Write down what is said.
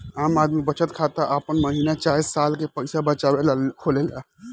आम आदमी बचत खाता आपन महीना चाहे साल के पईसा बचावे ला खोलेले